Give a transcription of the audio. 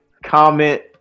comment